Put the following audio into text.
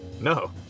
no